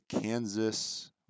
Kansas